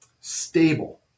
stable